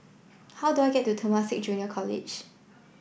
how do I get to Temasek Junior College